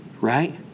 Right